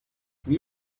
wie